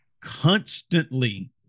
constantly